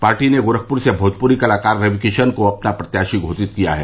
party ने गोरखपुर से भोजपुरी कलाकार रविकिशन को प्रत्याशी घोषित किया है